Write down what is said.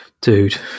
dude